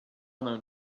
known